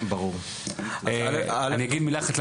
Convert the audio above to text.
אני אגיד מילה אחת,